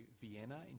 Vienna